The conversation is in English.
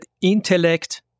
intellect